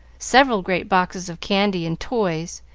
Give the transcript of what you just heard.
several great boxes of candy and toys,